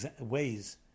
ways